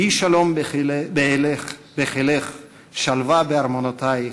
יהי שלום בחילך שלוה בארמנותיך,